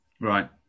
Right